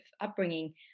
upbringing